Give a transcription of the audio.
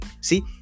See